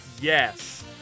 Yes